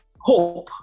hope